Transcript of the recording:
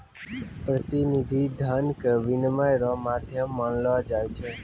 प्रतिनिधि धन के विनिमय रो माध्यम मानलो जाय छै